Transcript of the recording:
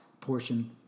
portion